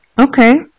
Okay